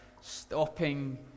stopping